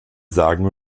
sagen